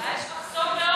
אולי יש מחסור באורז.